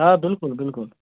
آ بِلکُل بِلکُل